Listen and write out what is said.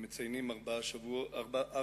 מציינים ארבע שנים